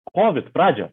kovid pradžią